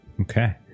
okay